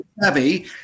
Savvy